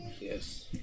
Yes